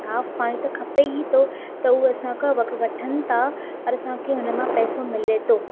साफ़ु पाणी त खपे ई थो त उहा असां खां वठनि था पर असांखे हुन मां पैसो मिले थो